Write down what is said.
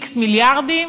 x מיליארדים?